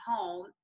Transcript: home